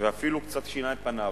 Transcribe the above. ואפילו קצת שינה את פניו.